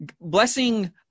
blessing